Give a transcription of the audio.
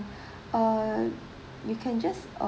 err you can just uh